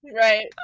Right